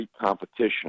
competition